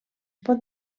pot